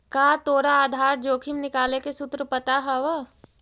का तोरा आधार जोखिम निकाले के सूत्र पता हवऽ?